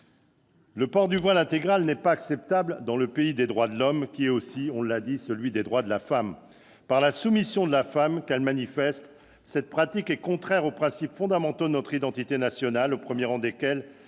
Le port du voile intégral n'est pas acceptable dans le pays des droits de l'homme, qui est aussi, on l'a dit, celui des droits de la femme. Par la soumission de la femme qu'elle manifeste, cette pratique est contraire aux principes fondamentaux de notre identité nationale, au premier rang desquels